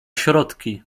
środki